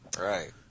Right